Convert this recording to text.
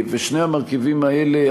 ושני המרכיבים האלה,